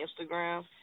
Instagram